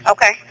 Okay